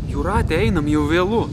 jūratė einam jau vėlu